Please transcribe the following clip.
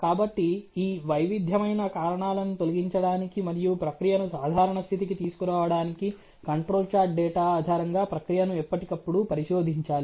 కాబట్టి ఈ వైవిధ్యమైన కారణాలను తొలగించడానికి మరియు ప్రక్రియను సాధారణ స్థితికి తీసుకురావడానికి కంట్రోల్ చార్ట్ డేటా ఆధారంగా ప్రక్రియను ఎప్పటికప్పుడు పరిశోధించాలి